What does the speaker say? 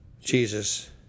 Jesus